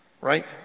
Right